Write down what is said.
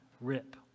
rip